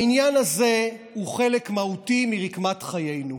העניין הזה הוא חלק מהותי מרקמת חיינו.